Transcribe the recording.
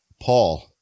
Paul